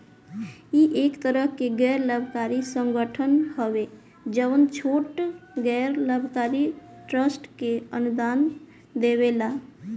इ एक तरह के गैर लाभकारी संगठन हवे जवन छोट गैर लाभकारी ट्रस्ट के अनुदान देवेला